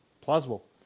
plausible